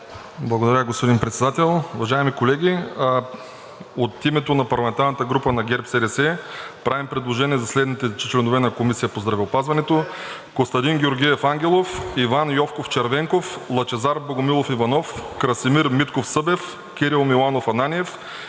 Благодаря, господин Председател. Уважаеми колеги, от името на парламентарната група на ГЕРБ-СДС правим предложение за следните членове на Комисията по здравеопазването – Костадин Георгиев Ангелов, Иван Йовков Червенков, Лъчезар Богомилов Иванов, Красимир Митков Събев, Кирил Миланов Ананиев